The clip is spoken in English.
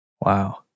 Wow